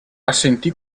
assentì